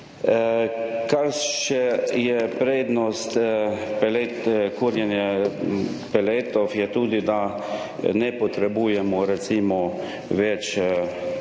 Kar še je prednost pelet, kurjenje peletov je tudi, da ne potrebujemo recimo več